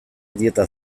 dieta